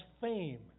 fame